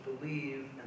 believe